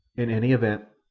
in any event,